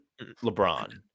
LeBron